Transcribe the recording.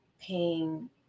paying